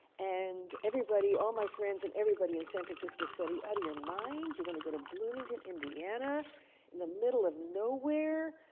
and everybody, all my friends and everybody in san francisco said, are you out of your mind? you're going to go to bloomington, indiana in the middle of nowhere?